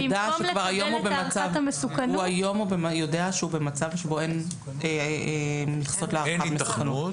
הוא היום יודע שהוא במצב שבו אין מכסות להערכת מסוכנות.